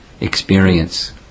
experience